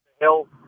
hill